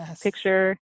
picture